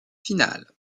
finale